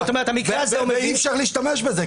זאת אומרת, המקרה הזה --- אי-אפשר להשתמש בזה.